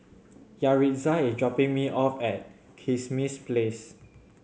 Yaritza is dropping me off at Kismis Place